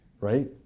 right